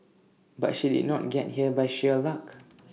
but she did not get here by sheer luck